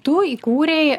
tu įkūrei